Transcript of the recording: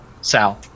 Sal